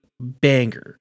banger